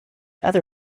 other